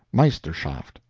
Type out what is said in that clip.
meisterschaft,